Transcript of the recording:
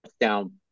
down